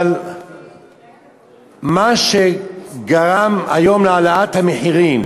אבל מה שגרם היום להעלאת המחירים,